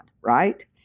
right